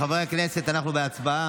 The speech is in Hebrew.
חברי הכנסת, אנחנו בהצבעה.